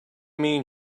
mean